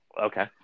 Okay